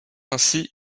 ainsi